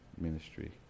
ministry